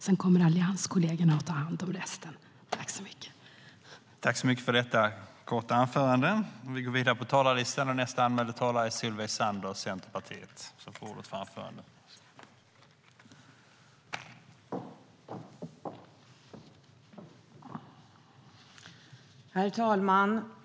Sedan kommer allianskollegerna att ta hand om resten.